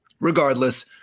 regardless